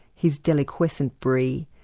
his deliquescent brie,